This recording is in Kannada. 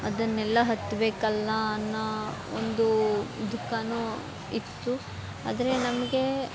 ಅದನ್ನೆಲ್ಲ ಹತ್ತಬೇಕಲ್ಲ ಅನ್ನೋ ಒಂದು ದುಃಖವೂ ಇತ್ತು ಆದರೆ ನಮಗೆ